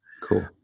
cool